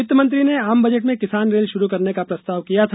वित्त मंत्री ने आम बजट में किसान रेल शुरू करने का प्रस्ताव किया था